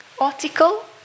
article